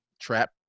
trap